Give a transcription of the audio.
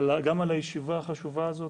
גם על הישיבה החשובה הזאת